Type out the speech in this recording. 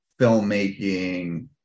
filmmaking